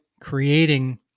creating